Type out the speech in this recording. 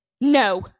no